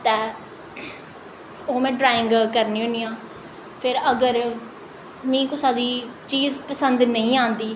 ते ओह् में ड्राइंग करनी होन्नी आं फिर अगर मी कुसा दी चीज पसंद नेईं औंदी